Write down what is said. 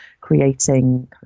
creating